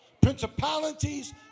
principalities